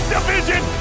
Division